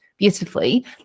beautifully